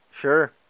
sure